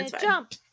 jump